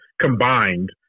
combined